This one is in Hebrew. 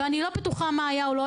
אני לא בטוחה מה היה או לא,